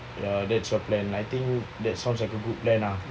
ya that's your plan I think that sounds like a good plan ah